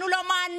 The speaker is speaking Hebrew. אותנו לא מעניין,